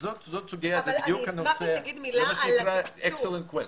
זה בדיוק הנושא, זה מה שנקרא שאלה מצוינת.